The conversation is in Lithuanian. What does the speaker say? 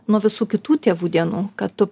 nuo visų kitų tėvų dienų kad tu